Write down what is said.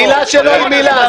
מילה שלו היא מילה.